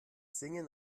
singen